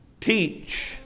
teach